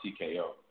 TKO